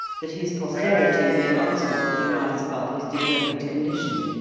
that his posterity may ultimately rise above his degraded condition.